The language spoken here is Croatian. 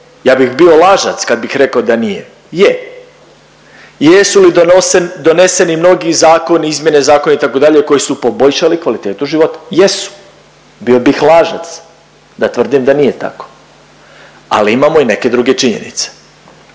kad bih lažac kad bih rekao da nije, je. Jesu li doneseni mnogi zakoni izmjene zakona itd. koji su poboljšali kvalitetu života? Jesu, bio bih lažac da tvrdim da nije tako. Ali imamo i neke druge činjenice,